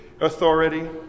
authority